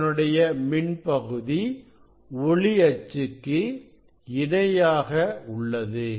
இதனுடைய மின் பகுதி ஒளி அச்சுக்கு இணையாக உள்ளது